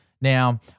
Now